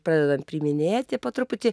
pradedam priiminėti po truputį